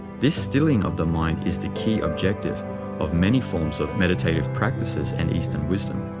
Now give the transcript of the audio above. this stilling of the mind is the key objective of many forms of meditative practices and eastern wisdom.